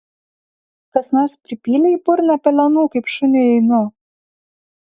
kas nors pripylė į burną pelenų kaip šuniui ainu